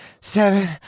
seven